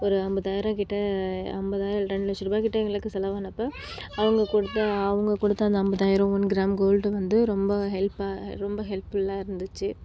ஒரு ஐம்பதாயிரம் கிட்ட ஐம்பதாயிரம் ரெண்டு லட்ச ரூபாய் கிட்ட எங்களுக்கு செலவானப்போ அவங்க கொடுத்த அவங்க கொடுத்த அந்த ஐம்பதாயிரம் ஒன் கிராம் கோல்டு வந்து ரொம்ப ஹெல்பாக ரொம்ப ஹெல்ப்ஃபுல்லாக இருந்துச்சு